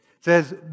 Says